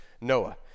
Noah